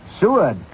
Seward